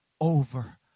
over